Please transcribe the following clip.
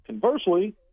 Conversely